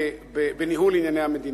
בניהול ענייני המדינה.